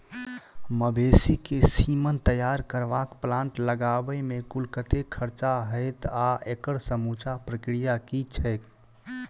मवेसी केँ सीमन तैयार करबाक प्लांट लगाबै मे कुल कतेक खर्चा हएत आ एकड़ समूचा प्रक्रिया की छैक?